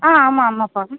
ஆ ஆமாம் ஆமாப்பா